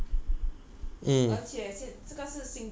um err 前三名都没有赢到